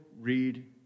read